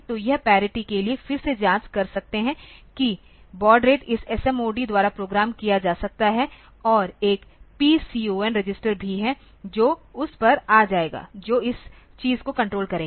तो आप पैरिटी के लिए फिर से जाँच कर सकते हैं कि बॉड रेट इस SMOD द्वारा प्रोग्राम किया जा सकता है और एक PCON रजिस्टर भी है जो उस पर आ जाएगा जो इस चीज़ को कण्ट्रोल करेगा